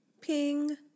Ping